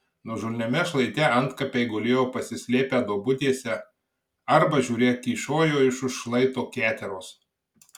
nuožulniame šlaite antkapiai gulėjo pasislėpę duobutėse arba žiūrėk kyšojo iš už šlaito keteros